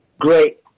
great